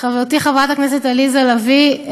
חברתי חברת הכנסת עליזה לביא,